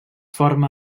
forma